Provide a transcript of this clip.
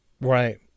Right